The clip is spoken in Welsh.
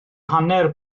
hanner